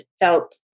felt